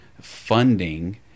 funding